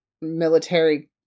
military